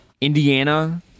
Indiana